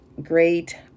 great